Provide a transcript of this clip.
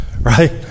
right